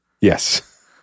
Yes